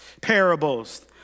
parables